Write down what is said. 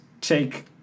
take